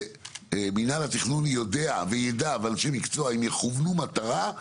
שמנהל התכנון יודע וידע ואנשי מקצוע יכוונו מטרה,